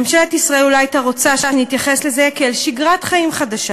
ממשלת ישראל אולי הייתה רוצה שנתייחס לזה כאל שגרת חיים חדשה,